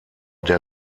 der